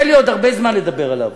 יהיה לי עוד הרבה זמן לדבר עליו,